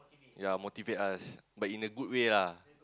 ya motivate us but in a good way lah